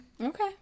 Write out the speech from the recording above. Okay